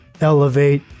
elevate